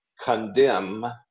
condemn